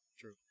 True